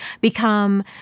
become